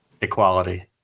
Equality